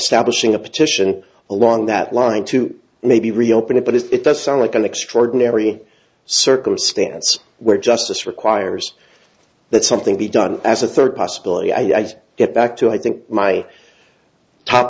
hing a petition along that line to maybe reopen it but if it does sound like an extraordinary circumstance where justice requires that something be done as a third possibility i'd get back to i think my top